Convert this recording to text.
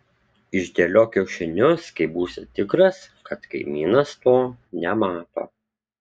išdėliok kiaušinius kai būsi tikras kad kaimynas to nemato